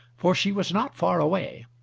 for she was not far away.